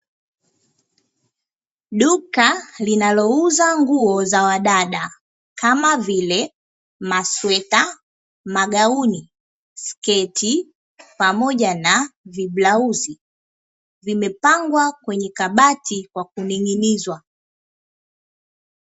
Duka linalouza nguo za wadada, kama vile: masweta, magauni, sketi, pamoja na viblauzi, vimepangwa kwenye kabati kwa kuning'inizwa.